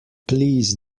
please